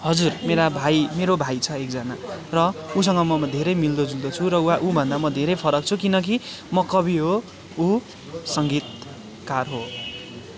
हजुर मेरा भाइ मेरो भाइ छ एकजना र उसँग म धेरै मिल्दोजुल्दो छु र वा उभन्दा म धेरै फरक छु किनकि म कवि हो उ सङ्गीतकार हो